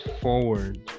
forward